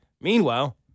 Meanwhile